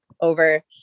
over